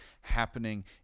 happening